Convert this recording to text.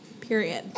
period